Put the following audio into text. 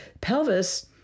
Pelvis